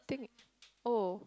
think oh